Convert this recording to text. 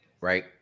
Right